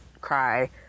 cry